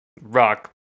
rock